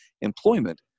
employment